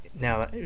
now